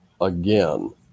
again